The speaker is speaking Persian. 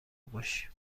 باشی